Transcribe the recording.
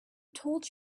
told